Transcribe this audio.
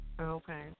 Okay